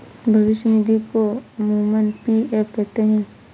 भविष्य निधि को अमूमन पी.एफ कहते हैं